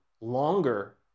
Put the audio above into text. longer